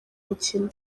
mukino